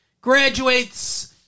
graduates